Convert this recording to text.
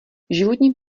životní